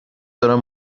دارم